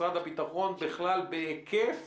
משרד הביטחון בכלל בהיקף